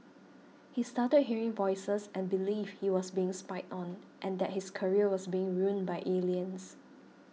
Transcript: he started hearing voices and believed he was being spied on and that his career was being ruined by aliens